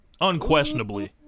Unquestionably